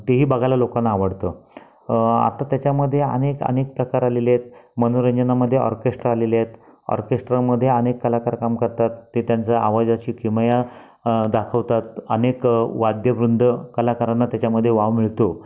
तेही लोकांना बघायला आवडत आता त्याच्यामध्ये अनेकअनेक प्रकार आलेले आहेत मनोरंजनामध्ये ऑर्केस्ट्रा आलेले आहेत ऑर्केस्ट्रामध्ये अनेक कलाकार काम करतात ते त्यांच्या आवाजाची किमया दाखवतात अनेक वाद्यवृन्द कलाकारांना त्याच्यामध्ये वाव मिळतो